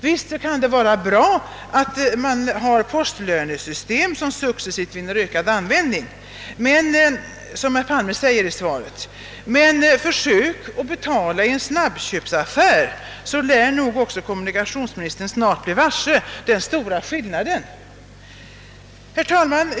Visst kan det vara bra med ett postlönesystem som successivt vinner ökad användning, som herr Palme säger i svaret, men om herr Palme försöker att betala med postlönekort i en snabbköpsaffär, så lär han nog snart bli varse den stora skillnaden. Herr talman!